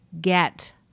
get